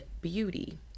beauty